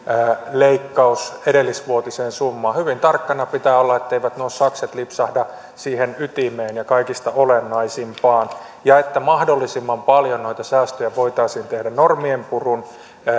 leikkauksesta edellisvuotiseen summaan hyvin tarkkana pitää olla etteivät sakset lipsahda siihen ytimeen ja kaikista olennaisimpaan ja että mahdollisimman paljon noita säästöjä voitaisiin tehdä normien purun